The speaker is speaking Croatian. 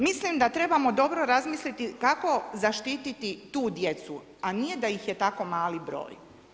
Mislim da trebamo dobro razmisliti, kako zaštiti tu djecu, a nije da ih je tako mali broj.